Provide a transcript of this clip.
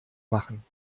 machen